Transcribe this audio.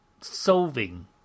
solving